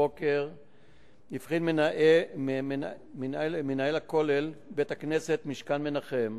הבחין מנהל כולל בית-הכנסת "משכן מנחם",